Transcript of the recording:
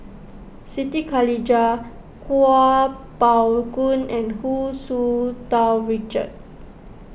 Siti Khalijah Kuo Pao Kun and Hu Tsu Tau Richard